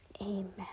Amen